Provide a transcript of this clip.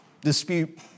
dispute